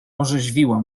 orzeźwiło